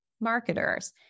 marketers